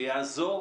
שיעזור